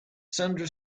sandra